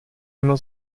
immer